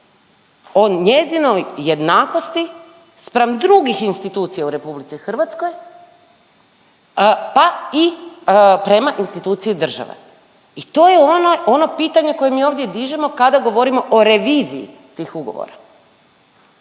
o njezinoj jednakosti spram drugih institucija u RH, pa i prema instituciji države i to je ono, ono pitanje koje mi ovdje dižemo kada govorimo o reviziji tih ugovora.